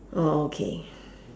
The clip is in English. oh okay